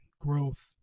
growth